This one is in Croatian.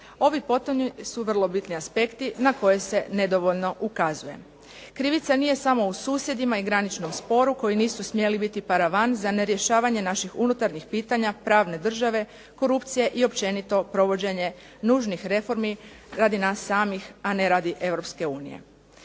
Ovi potonji su vrlo bitni aspekti na koje se nedovoljno ukazuje. Krivica nije samo u susjedima i graničnom sporu, koji nisu smjeli biti paravan za nerješavanje naših unutarnjih pitanja pravne države, korupcije i općenito provođenje nužnih reformi radi nas samih, a ne radi EU.